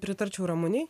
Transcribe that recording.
pritarčiau ramunei